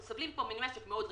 אנחנו סובלים פה ממשק מאוד ריכוזי.